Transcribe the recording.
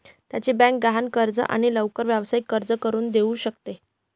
त्याची बँक गहाण कर्ज आणि लवकर व्यावसायिक कर्ज करून देऊ शकते